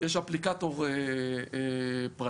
יש אפליקטור פרטי,